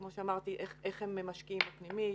כפי שאמרתי, איך הם משקיעים בפנימית,